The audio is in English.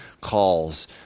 calls